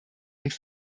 und